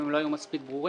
אם הם לא היו מספיק ברורים,